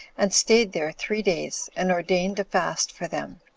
and staid there three days, and ordained a fast for them,